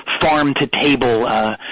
farm-to-table